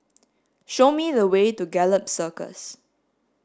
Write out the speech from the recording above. show me the way to Gallop Circus